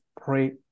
pray